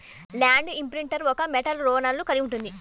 land imprinter ఒక metal రోలర్ను కలిగి ఉంటుంది